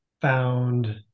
found